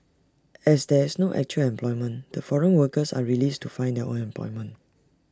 as there is no actual employment the foreign workers are released to find their own employment